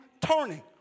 turning